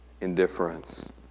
indifference